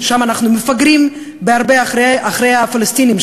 ששם אנחנו מפגרים בהרבה אחרי הפלסטינים,